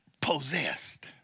possessed